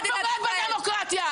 את פוגעת בדמוקרטיה.